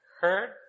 heard